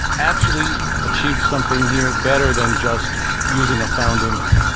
actually achieved something here better than just using a found image.